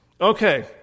okay